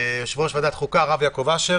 יושב-ראש ועדת החוקה, הרב יעקב אשר.